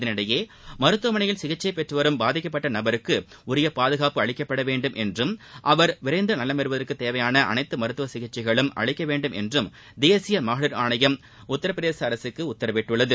இதனிடையே மருத்துவமனையில் சிகிச்சை பெற்று வரும் பாதிக்கப்பட்ட நபருக்கு உரிய பாதுகாப்பு அளிக்கப்பட வேண்டும் என்றும் அவர் விரைந்து நலம் பெறுவதற்கு தேவையாள அளைத்து மருத்துவ சிகிச்சைகளும் அளிக்க வேண்டும் என்றும் தேசிய மகளிர் ஆணையம் உத்தரப் பிரதேச அரசுக்கு உத்தரவிட்டுள்ளது